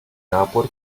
nápor